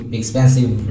expensive